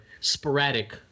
sporadic